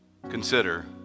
Consider